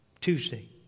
Tuesday